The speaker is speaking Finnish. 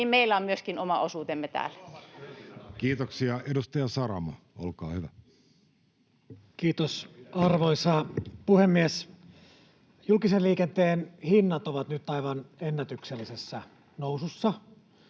myöskin meillä on oma osuutemme täällä. Kiitoksia. — Edustaja Saramo, olkaa hyvä. Kiitos, arvoisa puhemies! Julkisen liikenteen hinnat ovat nyt aivan ennätyksellisessä nousussa,